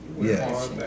Yes